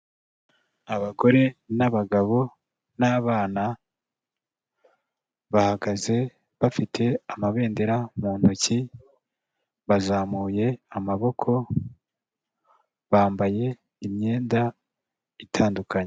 Abagore, n'abagabo, n'abana, bahagaze bafite amabendera mu ntoki bazamuye amaboko. Bambaye imyenda itandukanye.